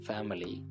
Family